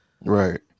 Right